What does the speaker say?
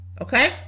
okay